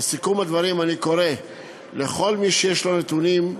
בסיכום הדברים אני קורא לכל מי שיש לו נתונים,